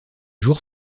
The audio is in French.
jours